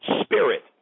spirit